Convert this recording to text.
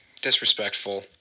disrespectful